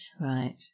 right